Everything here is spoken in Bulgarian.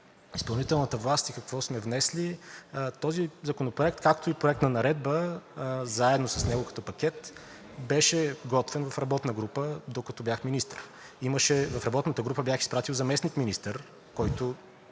изпълнителната власт и какво сме внесли. Този законопроект, както и Проект на наредба, заедно с него като пакет, беше готвен в работна група, докато бях министър. В работната група бях изпратил заместник-министър, тоест